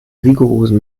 rigorosen